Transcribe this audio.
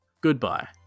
Goodbye